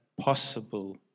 possible